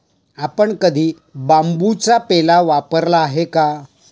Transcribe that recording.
आपण कधी बांबूचा पेला वापरला आहे का?